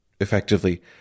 effectively